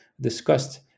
discussed